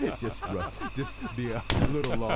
yeah just just be a little um